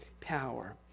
power